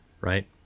right